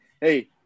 hey